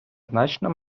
значно